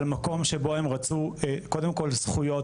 המקום שרצו לקבל זכויות,